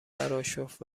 براشفت